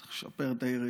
אני צריך לשפר את הראייה.